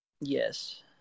Yes